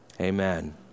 Amen